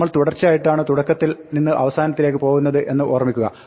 നമ്മൾ തുടർച്ചയായിട്ടാണ് തുടക്കത്തിൽ നിന്ന് അവസാനത്തിലേക്ക് പോകുന്നത് എന്ന് ഓർമ്മിക്കുക